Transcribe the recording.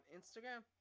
Instagram